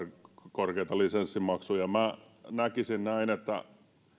korkeita lisenssimaksuja minä näkisin